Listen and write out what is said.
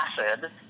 acid